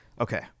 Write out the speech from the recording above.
Okay